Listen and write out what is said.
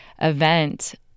event